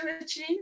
achieve